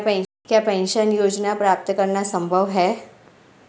क्या पेंशन योजना प्राप्त करना संभव है?